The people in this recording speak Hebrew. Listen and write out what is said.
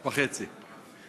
וחצי.